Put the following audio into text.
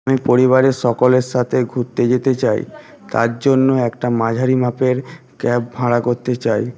আমি পরিবারের সকলের সাথে ঘুরতে যেতে চাই তার জন্য একটা মাঝারি মাপের ক্যাব ভাড়া করতে চাই